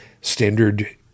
standard